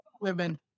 women